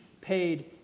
paid